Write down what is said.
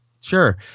Sure